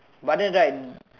but then right